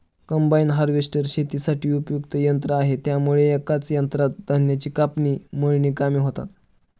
combine harvester शेतीसाठी उपयुक्त यंत्र आहे त्यामुळे एकाच यंत्रात धान्याची कापणी, मळणी कामे होतात